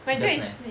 just nice